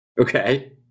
Okay